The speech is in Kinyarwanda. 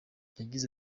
yagize